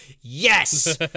yes